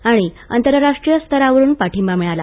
आणि आंतरराष्ट्रीय स्तरावरुन पाठिंबा मिळाला